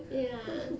ya